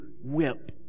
whip